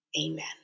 amen